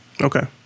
Okay